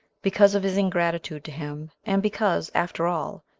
because of his ingratitude to him, and because, after all,